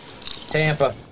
Tampa